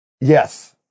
Yes